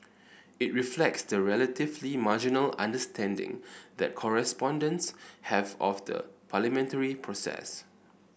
it reflects the relatively marginal understanding that correspondents have of the parliamentary process